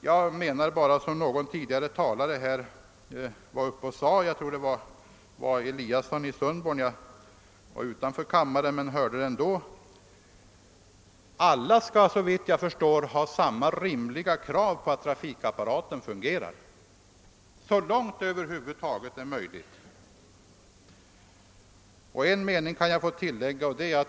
Jag menar bara, som någon tidigare talare här sade — jag tror det var herr Eliasson i Sundborn — att man på alla håll skall kunna ställa samma rimliga krav på att trafikapparaten fungerar så långt det över huvud taget är möjligt. En sak kanske jag får tillägga.